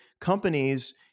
companies